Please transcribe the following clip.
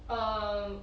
um